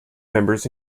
members